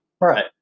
right